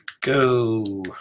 go